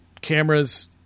cameras